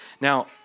Now